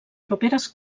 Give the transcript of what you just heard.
properes